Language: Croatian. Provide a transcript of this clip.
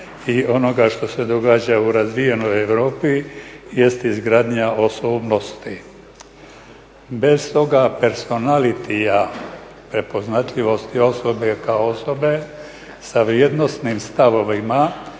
i onoga što se događa u razvijenoj Europi jeste izgradnja osobnosti. Bez toga personalitija, prepoznatljivosti osobe kao osobe sa vrijednosnim stavovima